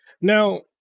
Now